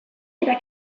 eta